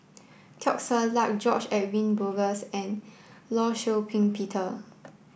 Teo Ser Luck George Edwin Bogaars and Law Shau Ping Peter